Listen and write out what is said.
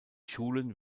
schulen